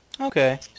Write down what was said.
Okay